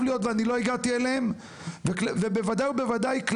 להיות ואני לא הגעתי אליהם ובוודאי ובוודאי,